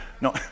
no